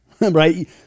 right